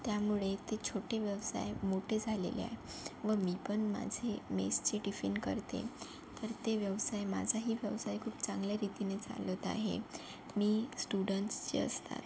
त्यामुळे ते छोटे व्यवसाय मोठे झालेले आहे व मी पण माझे मेसचे टिफिन करते तर ते व्यवसाय माझाही व्यवसाय खूप चांगल्यारीतीने चालत आहे मी स्टुडंस जे असतात